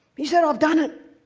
he said, i've done it.